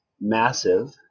massive